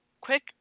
quick